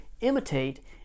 imitate